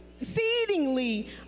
exceedingly